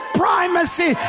primacy